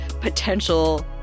potential